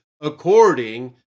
according